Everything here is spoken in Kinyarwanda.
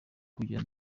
kujya